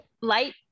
light